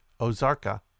Ozarka